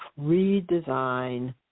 redesign